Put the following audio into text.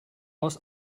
aus